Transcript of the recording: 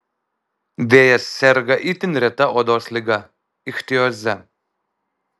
vėjas serga itin reta odos liga ichtioze